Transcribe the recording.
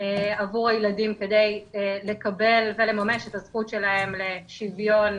עבור הילדים כדי לקבל ולממש את הזכות שלהם לשוויון